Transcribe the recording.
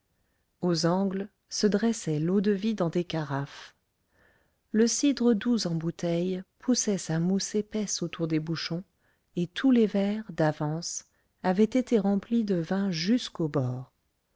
aux angles se dressait l'eau de vie dans des carafes le cidre doux en bouteilles poussait sa mousse épaisse autour des bouchons et tous les verres d'avance avaient été remplis de vin jusqu'au bord